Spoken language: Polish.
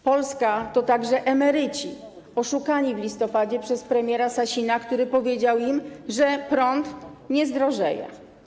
Polska to także emeryci oszukani w listopadzie przez premiera Sasina, który powiedział im, że prąd nie zdrożeje.